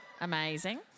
Amazing